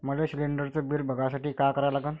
मले शिलिंडरचं बिल बघसाठी का करा लागन?